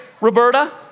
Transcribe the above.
Roberta